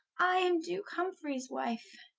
i am duke humfreyes wife,